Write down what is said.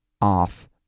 off